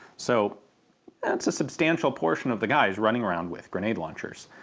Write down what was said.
so that's a substantial portion of the guys running around with grenade launchers.